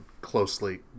closely